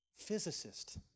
Physicist